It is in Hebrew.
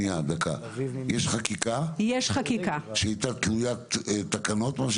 יש חקיקה שהיא תלוית תקנות.